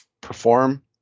perform